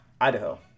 Idaho